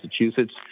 Massachusetts